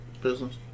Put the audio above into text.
business